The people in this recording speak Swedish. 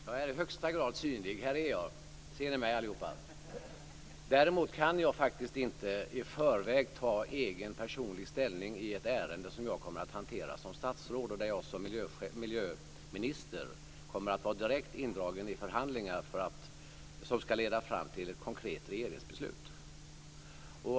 Fru talman! Jag är i högsta grad synlig. Här är jag. Ser ni mig allihop? Däremot kan jag faktiskt inte i förväg ta egen personlig ställning i ett ärende som jag kommer att hantera som statsråd och där jag som miljöminister kommer att vara direkt indragen i förhandlingar som skall leda fram till ett konkret regeringsbeslut.